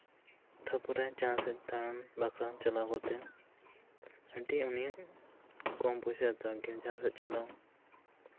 ᱛᱟᱨᱯᱚᱨᱮ ᱡᱟᱦᱟᱸ ᱥᱮᱜ ᱫᱟᱬᱟᱱ ᱪᱟᱞᱟᱣ ᱠᱟᱛᱮᱜ ᱟᱹᱰᱤ ᱩᱱᱤ ᱠᱚᱢ ᱯᱚᱭᱥᱟᱭ ᱦᱟᱛᱟᱣ ᱜᱮᱭᱟ ᱡᱟᱦᱟᱸ ᱥᱮᱫ ᱪᱟᱞᱟᱣ